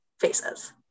Faces